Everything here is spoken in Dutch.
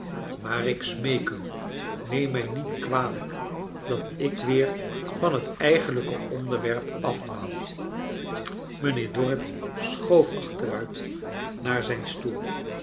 maar ik smeek u neem mij niet kwalijk hat ik weer van het eigenlijke onderwerp afdwaal mijnheer dorrit schoof achteruit naar zijn stoel